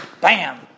bam